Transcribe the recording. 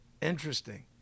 interesting